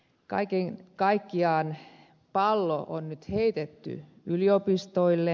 kaiken kaikkiaan pallo on nyt heitetty yliopistoille